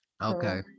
Okay